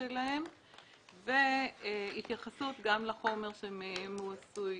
שלהם והתייחסות גם לחומר שמהם הם עשויים,